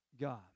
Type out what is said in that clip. God